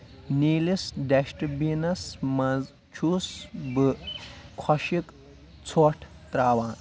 نیٖلِس ڈسٹہٕ بیٖنَس منٛز چھُس بہٕ خۄشِک ژھۄٹھ ترٛاوان